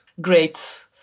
great